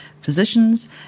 physicians